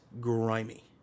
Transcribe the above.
grimy